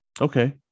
Okay